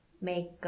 make